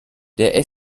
der